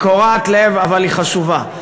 היא קורעת לב אבל היא חשובה.